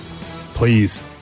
please